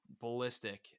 ballistic